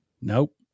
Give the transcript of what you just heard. Nope